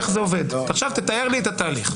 תאר לי את התהליך.